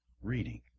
reading